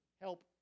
help